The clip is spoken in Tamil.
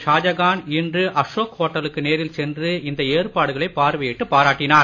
ஷாஜஹான் இன்று அசோக் ஹோட்டலுக்கு நேரில் சென்று இந்த ஏற்பாடுகளை பார்வையிட்டுப் பாராட்டியுள்ளார்